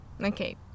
Okay